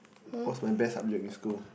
what is my best subject in school